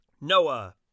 Noah